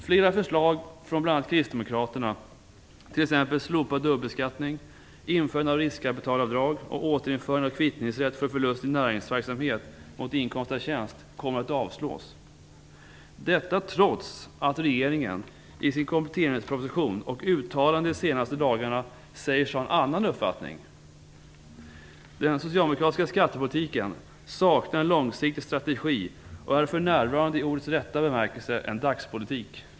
Flera förslag från bl.a. kristdemokraterna, t.ex. slopad dubbelbeskattning, införande av riskkapitalavdrag och återinförande av kvittningsrätt för förlust i näringsverksamhet mot inkomst av tjänst, kommer att avslås. Detta trots att regeringen i sin kompletteringsproposition och i uttalanden de senaste dagarna säger sig ha en annan uppfattning. Den socialdemokratiska skattepolitiken saknar en långsiktig strategi och är för närvarande i ordets rätta bemärkelse en dagspolitik.